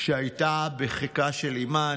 שהייתה בחיקה של אימה.